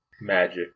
Magic